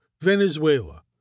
Venezuela